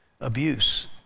abuse